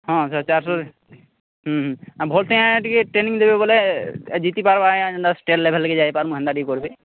ହଁ ସାର୍ ଚାର୍ଶହରେ ଆଉ ଭଲ୍ସେ ଆଜ୍ଞା ଟିକେ ଟ୍ରେନିଂ ଦେବେ ବଏଲେ ଜିତିପାର୍ବା ବେଲେ ଯେନ୍ତା ଷ୍ଟେଟ୍ ଲେଭଲ୍କେ ଯାଇପାର୍ମୁ ହେନ୍ତା ଟିକେ କର୍ବେ